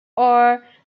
are